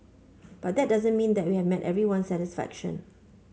but that doesn't mean that we have met everyone's satisfaction